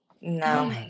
no